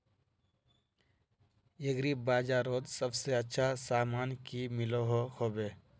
Agri बजारोत सबसे अच्छा सामान की मिलोहो होबे?